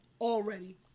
already